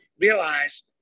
realize